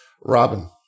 Robin